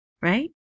Right